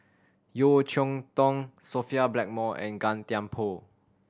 Yeo Cheow Tong Sophia Blackmore and Gan Thiam Poh